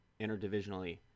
interdivisionally